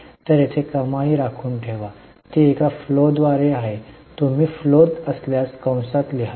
तर येथे कमाई राखून ठेवा की ती एक फ्लोआहे की नाही हे तुम्ही फ्लोात असल्यास कंसात लिहावे